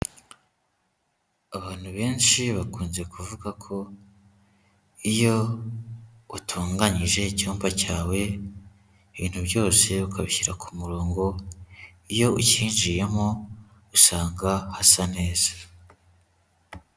Abantu benshi bakunze kuvuga ko iyo utunganyije icyumba cyawe, ibintu byose ukabishyira ku murongo, iyo ukinjiyemo usanga hasa neza.